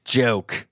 joke